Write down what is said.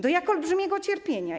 Do jak olbrzymiego cierpienia?